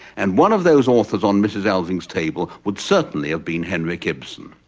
and one of those authors on mrs. alving's table would certainly have been henrik ibsen.